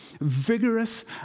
vigorous